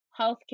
healthcare